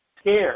scared